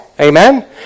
Amen